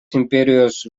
imperijos